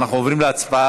אנחנו עוברים להצבעה.